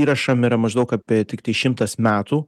įrašam yra maždaug apie tiktai šimtas metų